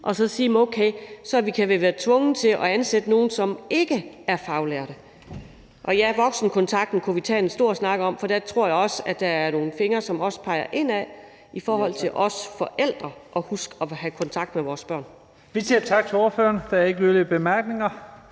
og sige, at okay, så kan vi være tvunget til at ansætte nogle, som ikke er faglærte. Og voksenkontakten kunne vi tage en stor snak om, for der tror jeg, at der er nogle fingre, som også peger indad i forhold til os forældre og det at huske at have kontakt med vores børn. Kl. 20:28 Første næstformand (Leif Lahn Jensen): Vi siger